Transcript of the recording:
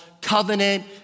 covenant